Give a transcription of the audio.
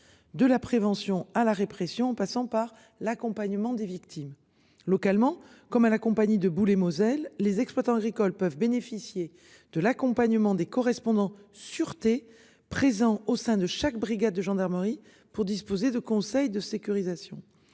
de la prévention à la répression en passant par l'accompagnement des victimes. Localement, comme à la compagnie de boulets Moselle les exploitants agricoles peuvent bénéficier de l'accompagnement des correspondants sûreté présents au sein de chaque brigade de gendarmerie pour disposer de conseils de sécurisation